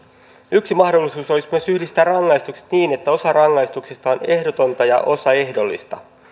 yksi mahdollisuus olisi myös yhdistää rangaistukset niin että osa rangaistuksesta on ehdotonta ja osa ehdollista